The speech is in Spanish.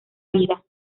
vida